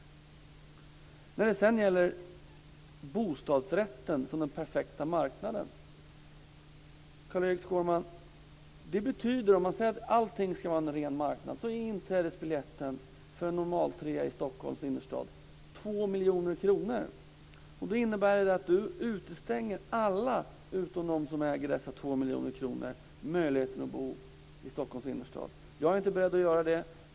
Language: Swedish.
Sedan var det frågan om bostadsrätten som den perfekta marknaden. Om allt skall ske på marknaden innebär det att inträdesbiljetten till en normalstor trerummare i Stockholms innerstad är 2 miljoner kronor. Det innebär att Skårman utestänger alla utom de som äger dessa 2 miljoner från möjligheten att bo i Stockholms innerstad. Jag är inte beredd att göra det.